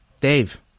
Dave